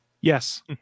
Yes